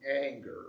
anger